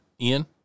Ian